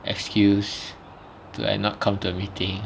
excuse to like not come to the meeting